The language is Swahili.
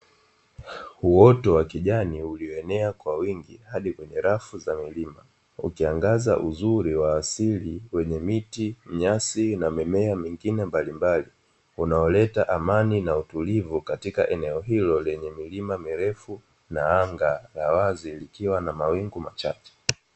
Uoto wa kijani ulioenea kwa wingi hadi kwenye safu za milima, ukiangaza uzuri wa asili wenye miti, nyasi na mimea mingine mbalimbali. Unaoleta amani na utulivu katika eneo hili lenye milima mirefu na anga la wazi likiwa na mawingu machache.